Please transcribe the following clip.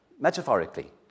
metaphorically